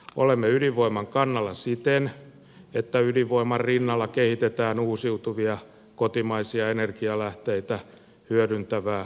olemme ydinvoiman kannalla siten että ydinvoiman rinnalla kehitetään uusiutuvia kotimaisia energialähteitä hyödyntävää energiatuotantoa